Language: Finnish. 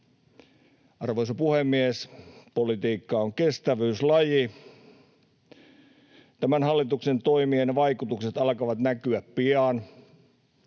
Arvoisa puhemies! Politiikka on kestävyyslaji. Tämän hallituksen toimien vaikutukset alkavat näkyä pian.